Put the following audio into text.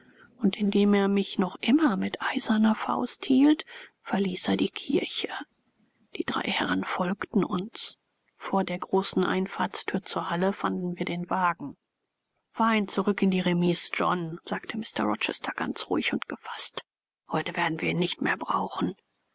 und indem er mich noch immer mit eiserner faust hielt verließ er die kirche die drei herren folgten uns vor der großen einfahrtsthür zur halle fanden wir den wagen fahr ihn nur zurück in die remise john sagte mr rochester ganz ruhig und gefaßt heute werden wir ihn nicht mehr brauchen